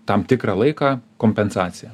tam tikrą laiką kompensacija